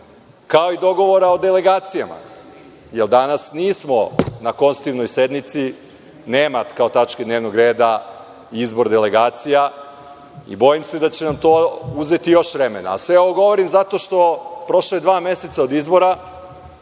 kao i dogovora o delegacijama, jer danas na konstitutivnoj sednici nema kao tačke dnevnog reda izbor delegacija. Bojim se da će nam to uzeti još vremena. Sve ovo govorim zato što je prošlo dva meseca od izbora.